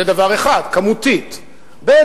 זה דבר אחד, כמותית, ב.